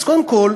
אז קודם כול,